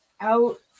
out